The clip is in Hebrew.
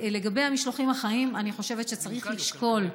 לגבי המשלוחים החיים, אני חושבת שצריך לשקול,